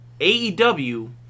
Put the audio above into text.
AEW